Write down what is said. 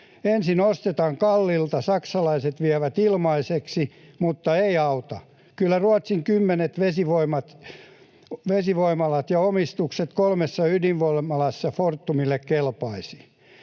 Ensin ostetaan kalliilla, ja saksalaiset vievät ilmaiseksi, mutta ei auta: kyllä Ruotsin kymmenet vesivoimalat ja omistukset kolmessa ydinvoimalassa Fortumille kelpaisivat.